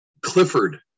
Clifford